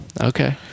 okay